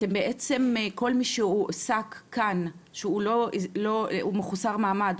בעצם כל מי שהועסק כאן והוא מחוסר מעמד,